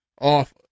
off